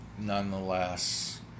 nonetheless